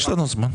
יש לנו זמן.